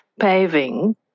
paving